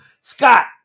Scott